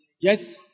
Yes